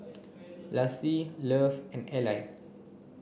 Lassie Love and Eli